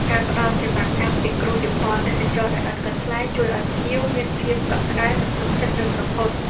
ការផ្តល់សេវាកម្មពិគ្រោះយោបល់ទេសចរណ៍ដោយឥតគិតថ្លៃ ជួយឱ្យភ្ញៀវមានភាពកក់ក្តៅនិងទុកចិត្តលើក្រុមហ៊ុន។